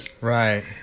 right